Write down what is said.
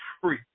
free